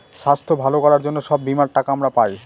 স্বাস্থ্য ভালো করার জন্য সব বীমার টাকা আমরা পায়